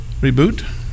Reboot